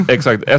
Exakt